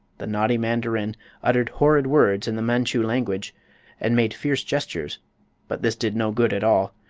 the naughty mandarin uttered horrid words in the manchu language and made fierce gestures but this did no good at all.